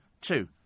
two